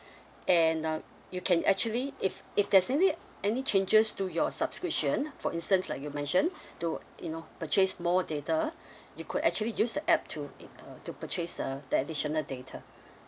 and uh you can actually if if there's any any changes to your subscription for instance like you mentioned to you know purchase more data you could actually use the app to uh to purchase the the additional data